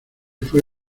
fue